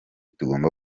tugomba